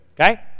Okay